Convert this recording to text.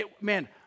man